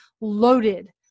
loaded